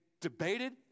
debated